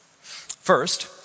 First